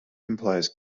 implies